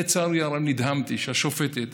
לצערי הרב, נדהמתי שהשופטת